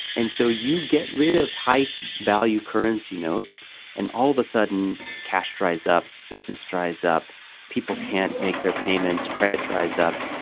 and so you get rid of high value currency notes and all of a sudden cash dries up business dries up people can't make their payments credit dries up.